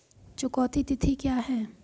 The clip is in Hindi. चुकौती तिथि क्या है?